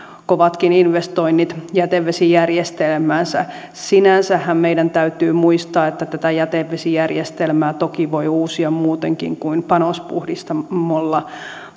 kovatkin investoinnit jätevesijärjestelmäänsä sinänsähän meidän täytyy muistaa että tätä jätevesijärjestelmää toki voi uusia muutenkin kuin panospuhdistamolla